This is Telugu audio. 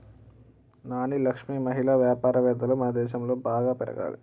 నాని లక్ష్మి మహిళా వ్యాపారవేత్తలు మనదేశంలో బాగా పెరగాలి